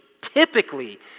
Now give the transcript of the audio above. typically